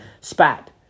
spat